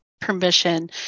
permission